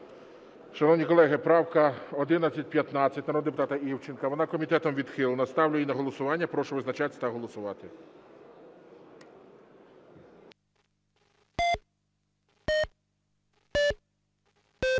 Шановні колеги, правка 1115 народного депутата Івченка. Вона комітетом відхилена. Ставлю її на голосування. Прошу визначатись та голосувати.